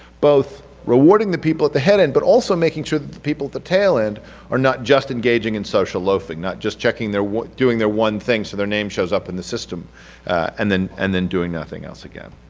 both rewarding the people at the head end, but also making sure the people at the tail end are not just engaging in social loafing, not just checking their, doing their one thing so their name shows up in the system and then and then doing nothing else again.